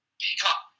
pick-up